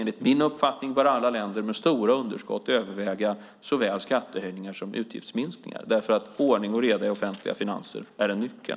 Enligt min uppfattning bör alla länder med stora underskott överväga såväl skattehöjningar som utgiftsminskningar därför att ordning och reda i offentliga finanser är en nyckel.